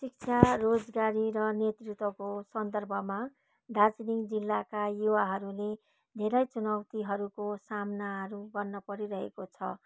शिक्षा रोजगारी र नेतृत्वको सन्दर्भमा दार्जिलिङ जिल्लाका युवाहरूले धेरै चुनौतीहरूको सामनाहरू गर्न परिरहेको छ